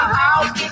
house